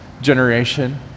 generation